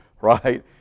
right